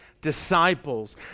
disciples